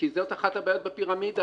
כי זאת אחת הבעיות בפירמידה,